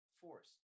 force